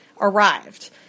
arrived